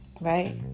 right